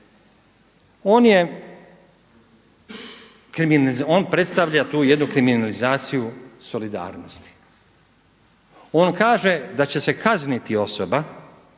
On predstavlja tu jednu kriminalizaciju solidarnosti. On kaže da će se kazniti osoba,